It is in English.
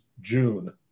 June